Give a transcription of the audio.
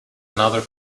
another